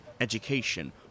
education